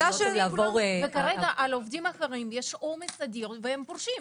לעבור --- אבל כרגע על עובדים אחרים יש עומס אדיר והם פורשים.